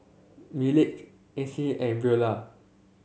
Ryleigh Acy and Veola